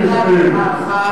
טלו קורה מבין עיניכם,